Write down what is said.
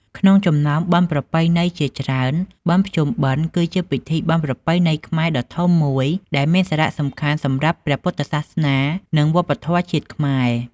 ក្នុងចំណោមបុណ្យប្រពៃណីជាច្រើន បុណ្យភ្ជុំបិណ្ឌគឺជាពិធីបុណ្យប្រពៃណីខ្មែរដ៏ធំំមួយ ដែលមានសារៈសំខាន់សម្រាប់ព្រះពុទ្ធសាសនា និងវប្បធម៌ជាតិខ្មែរ។